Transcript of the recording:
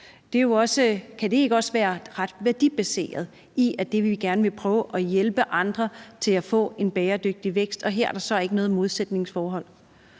kan det jo også være ret værdibaseret, når vi gerne vil prøve at hjælpe andre til at få en bæredygtig vækst, og her er der så ikke noget modsætningsforhold.